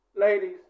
Ladies